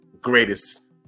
greatest